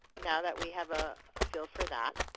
now that we have a feel for that,